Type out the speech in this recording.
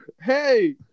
Hey